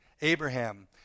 Abraham